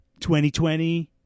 2020